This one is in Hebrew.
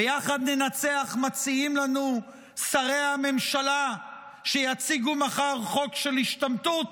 ביחד ננצח מציעים לנו שרי הממשלה שיציגו מחר חוק של השתמטות.